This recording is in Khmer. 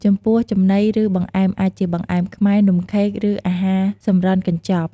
ចំពោះចំណី ឬ បង្អែមអាចជា បង្អែមខ្មែរ នំខេក ឬ អាហារសម្រន់កញ្ចប់។